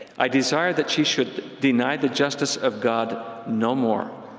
i desire that ye should deny the justice of god no more.